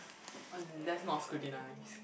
unless not scrutinise